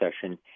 session